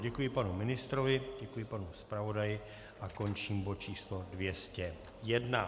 Děkuji panu ministrovi, děkuji panu zpravodaji a končím bod číslo 201.